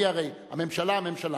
הממשלה, הממשלה.